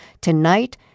Tonight